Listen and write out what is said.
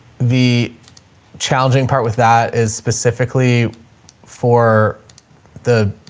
the challenging part with that is specifically for the,